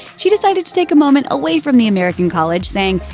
she decided to take a moment away from the american college, saying,